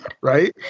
Right